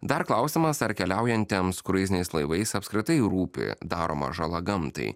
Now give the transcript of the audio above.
dar klausimas ar keliaujantiems kruiziniais laivais apskritai rūpi daroma žala gamtai